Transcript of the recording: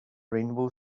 rainbow